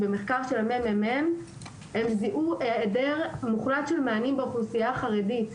במחקר של הממ"מ הם זיהו העדר מוחלט של מענים באוכלוסייה החרדית.